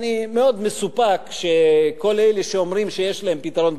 אני מאוד מסופק אם כל אלה שאומרים שיש להם פתרון,